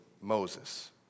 Moses